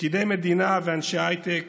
פקידי מדינה ואנשי הייטק